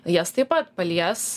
jas taip pat palies